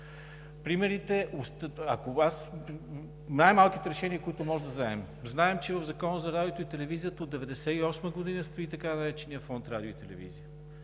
работи не добре. Най-малките решения, които можем да вземем. Знаем, че в Закона за радиото и телевизията от 1998 г. стои така нареченият Фонд „Радио и телевизия“